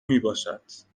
میباشد